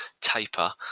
taper